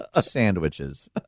sandwiches